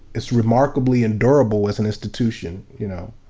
it's remarkably and durable as an institution, you know,